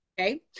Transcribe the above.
Okay